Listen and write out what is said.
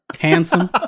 Handsome